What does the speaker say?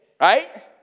right